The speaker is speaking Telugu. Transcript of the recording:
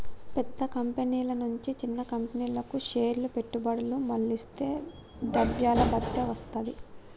పెద్ద కంపెనీల నుంచి చిన్న కంపెనీలకు షేర్ల పెట్టుబడులు మళ్లిస్తే ద్రవ్యలభ్యత వత్తది